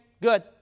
good